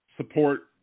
support